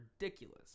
ridiculous